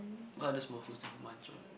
what other small foods you munch on